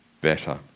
better